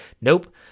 Nope